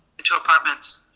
into apartments.